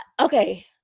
Okay